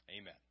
Amen